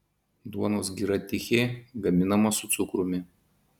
duonos gira tichė gaminama su cukrumi